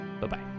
Bye-bye